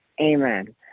Amen